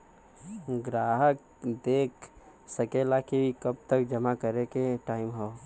ग्राहक देख सकेला कि कब तक जमा करे के टाइम हौ